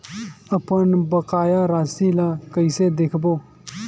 अपन बकाया राशि ला कइसे देखबो?